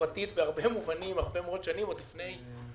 תחבורתית בהרבה מובנים הרבה מאוד שנים, היסטורית.